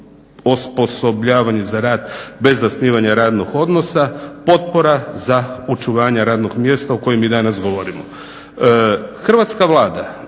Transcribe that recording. Hrvatska vlada,